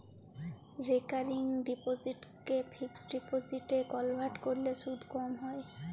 recurring ডিপসিটকে fixed ডিপসিটে convert ক্যরলে সুদ ক্যম হ্যয়